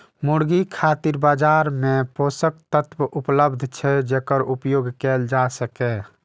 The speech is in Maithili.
मुर्गी खातिर बाजार मे पोषक तत्व उपलब्ध छै, जेकर उपयोग कैल जा सकैए